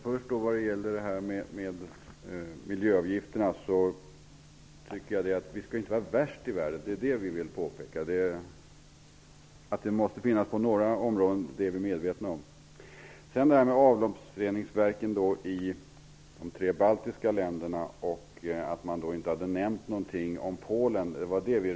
När det gäller miljöavgifterna tycker jag att vi inte skall vara värst i världen. Det vill vi påpeka. Vi är medvetna om att det måste finnas på några områden. Vi reagerade mot att man nämnde avloppsreningsverken i de tre baltiska länderna men inte nämnde Polen.